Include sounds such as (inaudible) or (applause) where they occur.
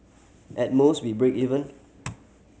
at most we break even (noise)